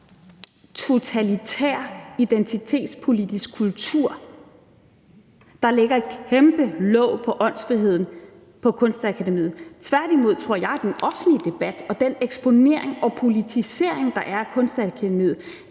totalitær identitetspolitisk kultur, der lægger et kæmpe låg på åndsfriheden på Kunstakademiet. Tværtimod tror jeg, at den offentlige debat og den eksponering og politisering, der er af Kunstakademiet,